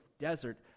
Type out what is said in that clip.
desert